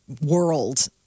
world